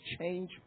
change